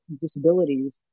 disabilities